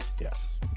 Yes